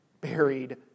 buried